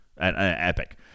epic